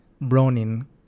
browning